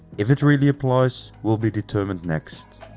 if it really applies will be determined next.